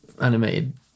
animated